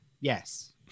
Yes